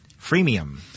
Freemium